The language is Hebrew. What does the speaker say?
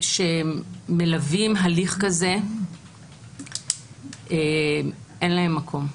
החששות שמלווים הליך כזה אין להם מקום.